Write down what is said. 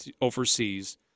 overseas